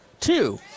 two